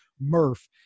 murph